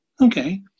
Okay